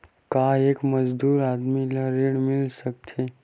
का एक मजदूर आदमी ल ऋण मिल सकथे?